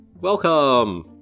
Welcome